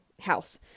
house